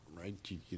right